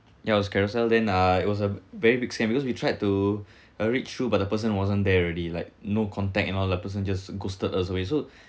ya was carousell then uh it was a very big scam because we tried to uh reach through but the person wasn't there already like no contact and all the person just ghosted us away so